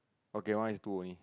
okay mine is two only